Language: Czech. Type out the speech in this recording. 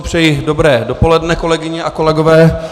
Přeji dobré dopoledne, kolegyně a kolegové.